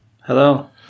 Hello